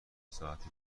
ساعتی